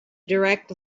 direct